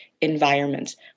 environments